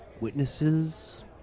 witnesses